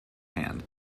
hand